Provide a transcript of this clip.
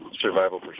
survival